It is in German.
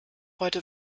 heute